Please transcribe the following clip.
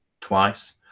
twice